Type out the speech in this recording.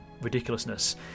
ridiculousness